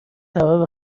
سبب